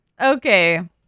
Okay